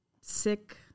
sick